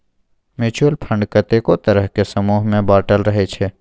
mutual fund कतेको तरहक समूह मे बाँटल रहइ छै